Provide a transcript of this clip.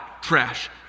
trash